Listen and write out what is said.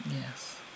Yes